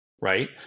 right